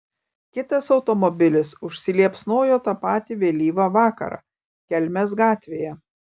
kitas automobilis užsiliepsnojo tą patį vėlyvą vakarą kelmės gatvėje